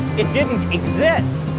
it didn't exist.